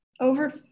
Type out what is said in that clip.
Over